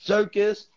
Circus